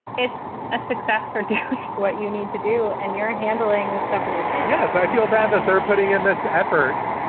it's a success for what you need to do and you're handling the stuff with your kid yes. i feel bad that they're putting in this effort.